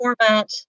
format